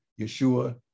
yeshua